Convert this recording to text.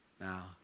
Now